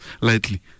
lightly